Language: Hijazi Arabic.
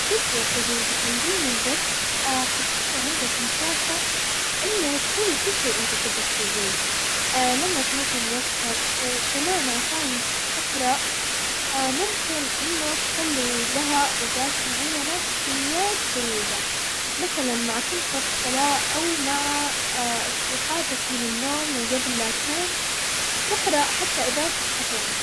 شف يا صديقي تنظيم الوقت حيخلي عندك مساحة انه تسوي كل شي انت تبغى تسويه لما تنظم وقتك ، وكمان عشان تقرأ ممكن انه تخلي لها اوقات معينة بكميات قليلة، مثلا مع كل فرض صلاة او مع استيقاظك من النوم وقبل ما تنام، تقرأ حتى اذا صفحتين.